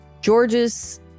Georges